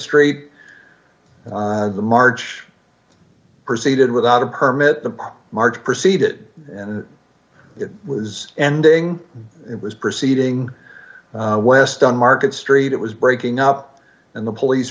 street the march proceeded without a permit the march proceed it and it was ending it was proceeding west on market street it was breaking up and the police